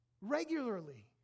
Regularly